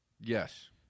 Yes